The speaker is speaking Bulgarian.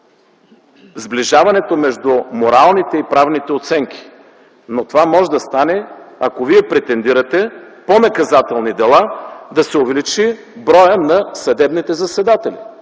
сближаването между моралните и правните оценки. Но това може да стане, ако вие претендирате по наказателни дела да се увеличи броят на съдебните заседатели.